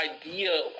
idea